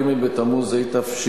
ג' בתמוז התשע"א,